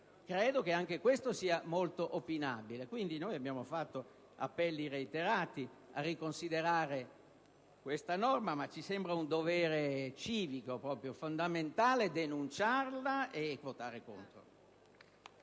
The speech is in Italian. credo che anche questo aspetto sia molto opinabile. Per questo motivo abbiamo rivolto appelli reiterati a riconsiderare questa norma e ci sembra un dovere civico fondamentale denunciarla e votare contro